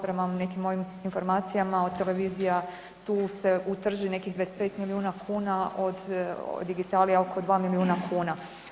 Prema nekim mojim informacijama od televizija tu se utrži nekih 25 milijuna kuna od digitalija oko 2 milijuna kuna.